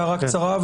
הערה קצרה,